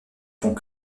font